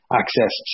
access